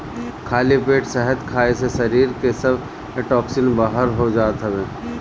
खाली पेट शहद खाए से शरीर के सब टोक्सिन बाहर हो जात हवे